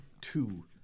two